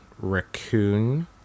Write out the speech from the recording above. raccoon